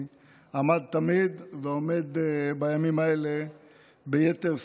עמדה תמיד ועומדת בימים האלה ביתר שאת.